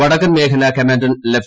വടക്കൻ മേഖലാ കമാന്റർ ലഫ്